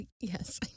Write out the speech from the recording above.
Yes